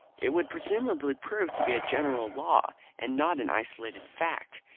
it would presumably prove to be a general law, and not an isolated fact.